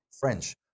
French